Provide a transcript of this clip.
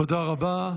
תודה רבה.